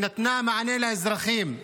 היא נתנה מענה לאזרחים,